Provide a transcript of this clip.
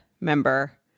member